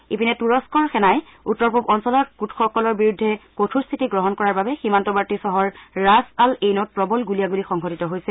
ইপিনে তুৰস্ক সেনাই উত্তৰ পূৱ অঞ্চলত কুৰ্ডসকলৰ বিৰুদ্ধে কঠোৰ শ্বিতি গ্ৰহণ কৰাৰ বাবে সীমান্তবৰ্তী চহৰ ৰাছ আল এইনত প্ৰৱল গুলিয়াগুলী সংঘটিত হৈছে